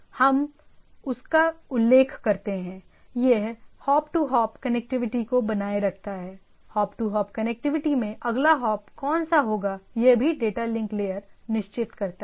हम उसका उल्लेख करते हैं यह हॉप टू हॉप कनेक्टिविटी को बनाए रखता है हॉप टू हॉप कनेक्टिविटी में अगला हॉप कौन सा होगा वह भी डेटा लिंक लेयर निश्चित करता है